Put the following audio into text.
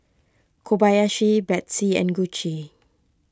Kobayashi Betsy and Gucci